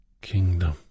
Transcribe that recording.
kingdom